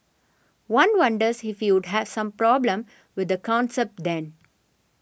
one wonders if he would have a problem with the concept then